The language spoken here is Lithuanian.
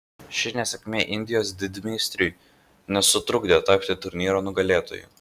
ši nesėkmė indijos didmeistriui nesutrukdė tapti turnyro nugalėtoju